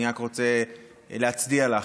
אני רק רוצה להצדיע לך,